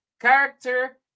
character